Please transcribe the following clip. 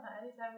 anytime